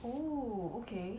oo okay